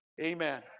amen